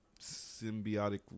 symbiotic